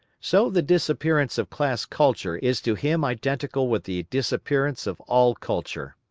so the disappearance of class culture is to him identical with the disappearance of all culture.